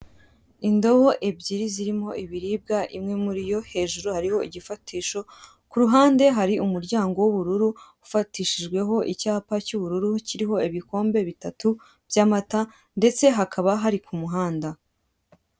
Indobo ebyiri zirimo ibiribwa imwe muriyo hejuru hariho igifatisho kuruhande hari umuryango w'ubururu ufatishijweho icyapa cy'ubururu kiriho ibikombe bitatu by'amata ndetse hakaba hari kumuhanda.